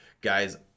guys